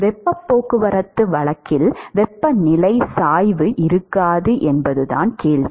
வெப்பப் போக்குவரத்து வழக்கில் வெப்பநிலை சாய்வு இருக்காது என்பதுதான் கேள்வி